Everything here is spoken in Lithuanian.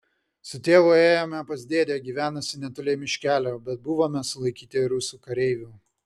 su tėvu ėjome pas dėdę gyvenusį netoli miškelio bet buvome sulaikyti rusų kareivių